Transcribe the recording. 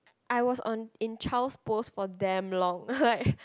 I was on in child's pose for damn long like